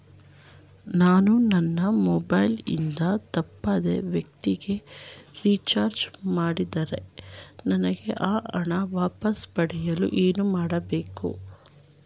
ನಾನು ನನ್ನ ಮೊಬೈಲ್ ಇಂದ ತಪ್ಪಾದ ವ್ಯಕ್ತಿಗೆ ರಿಚಾರ್ಜ್ ಮಾಡಿದಲ್ಲಿ ನನಗೆ ಆ ಹಣ ವಾಪಸ್ ಪಡೆಯಲು ಏನು ಮಾಡಬೇಕು?